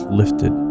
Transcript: lifted